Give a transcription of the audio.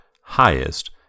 highest